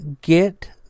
get